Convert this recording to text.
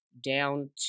down